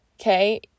Okay